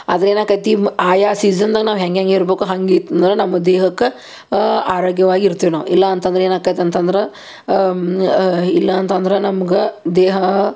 ಆದ್ರೆ ಏನಾಕತಿ ಮ್ ಆಯಾ ಸೀಸನ್ನಾಗ ನಾವು ಹೆಂಗೆ ಹೆಂಗೆ ಇರ್ಬೇಕೋ ಹಂಗೆ ಇತ್ತು ಅಂದ್ರೆ ನಮ್ಮ ದೇಹಕ್ಕೆ ಆರೋಗ್ಯವಾಗಿ ಇರ್ತೀವಿ ನಾವು ಇಲ್ಲ ಅಂತಂದರೆ ಏನು ಆಕ್ಕಯ್ತ್ ಅಂತಂದ್ರೆ ಇಲ್ಲ ಅಂತಂದ್ರೆ ನಮ್ಗೆ ದೇಹ